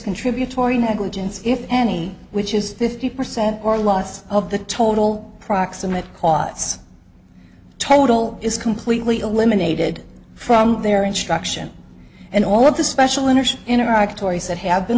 contributory negligence if any which is fifty percent or loss of the total proximate costs total is completely eliminated from their instruction and all of the special energy interact tori's that have been